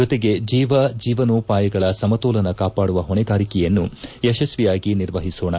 ಜೊತೆಗೆ ಜೀವ ಜೀವನೋಪಾಯಗಳ ಸಮಕೋಲನ ಕಾಪಾಡುವ ಹೊಣೆಗಾರಿಕೆಯನ್ನು ಯಶಸ್ವಿಯಾಗಿ ನಿರ್ವಹಿಸೋಣ